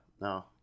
no